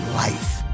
life